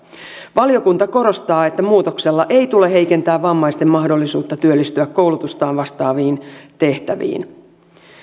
valiokunta korostaa että muutoksella ei tule heikentää vammaisten mahdollisuutta työllistyä koulutustaan vastaaviin tehtäviin